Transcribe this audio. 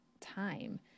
time